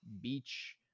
Beach